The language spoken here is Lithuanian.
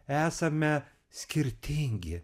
esame skirtingi